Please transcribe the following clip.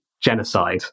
genocide